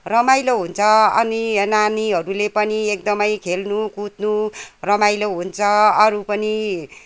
रमाइलो हुन्छ अनि नानीहरूले पनि एकदमै खेल्नु कुद्नु रमाइलो हुन्छ अरू पनि